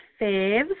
faves